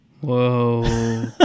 Whoa